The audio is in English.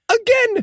Again